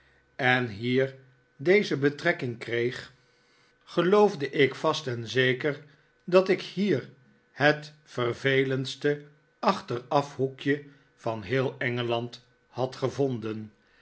en hier deze betrekking kreeg maarten chuzzlewit geloofde ik vast en zeker dat ik hier het vervelendste achterafhoekje van heel engeland had gevonden